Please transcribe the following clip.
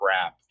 crap